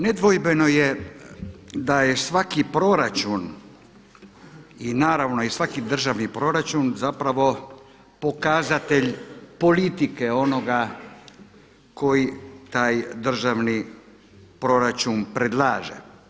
Nedvojbeno je da je svaki proračun i naravno i svaki državni proračun zapravo pokazatelj politike onoga koji taj državni proračun predlaže.